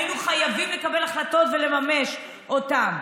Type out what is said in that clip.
היינו חייבים לקבל החלטות ולממש אותן.